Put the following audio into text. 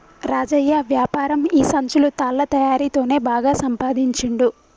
రాజయ్య వ్యాపారం ఈ సంచులు తాళ్ల తయారీ తోనే బాగా సంపాదించుండు